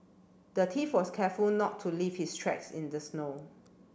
the thief was careful not to leave his tracks in the snow